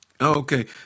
Okay